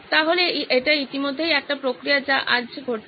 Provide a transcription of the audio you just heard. সুতরাং এটি ইতিমধ্যে একটি প্রক্রিয়া যা আজ ঘটছে